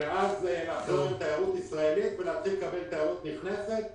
ולהפנות תיירות ישראלית ולהתחיל לקבל תיירות נכנסת.